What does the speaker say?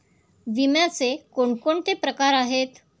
विम्याचे कोणकोणते प्रकार आहेत?